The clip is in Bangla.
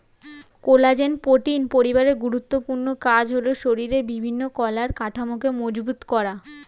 কোলাজেন প্রোটিন পরিবারের গুরুত্বপূর্ণ কাজ হলো শরীরের বিভিন্ন কলার কাঠামোকে মজবুত করা